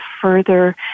further